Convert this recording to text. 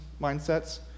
mindsets